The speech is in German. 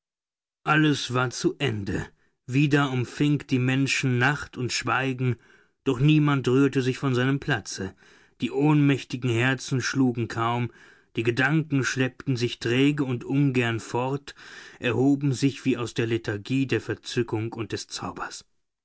alles war zu ende wieder umfing die menschen nacht und schweigen doch niemand rührte sich von seinem platze die ohnmächtigen herzen schlugen kaum die gedanken schleppten sich träge und ungern fort erhoben sich wie aus der lethargie der verzückung und des zaubers